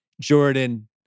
Jordan